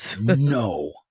no